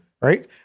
right